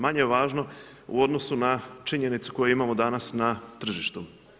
Manje važno u odnosu na činjenicu koju imamo danas na tržištu.